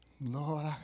Lord